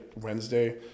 Wednesday